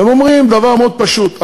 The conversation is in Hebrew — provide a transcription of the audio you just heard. והם אומרים דבר מאוד פשוט: